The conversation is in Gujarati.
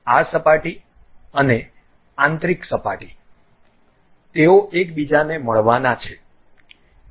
હવે આ સપાટી અને આંતરિક સપાટી તેઓ એકબીજાને મળવાના છે